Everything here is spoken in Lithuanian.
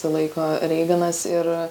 laiko reiganas ir